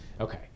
Okay